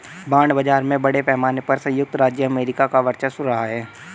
bond बाजार में बड़े पैमाने पर सयुक्त राज्य अमेरिका का वर्चस्व रहा है